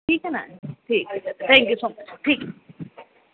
ٹھیک ہے نا ٹھیک ہے تھینک یو سو مچ ٹھیک ہے